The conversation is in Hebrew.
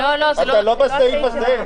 לא, זה לא הסעיף הזה.